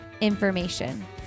information